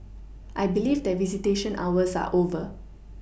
I believe that visitation hours are over